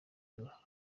imvura